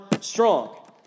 strong